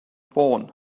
born